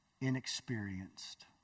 inexperienced